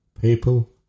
people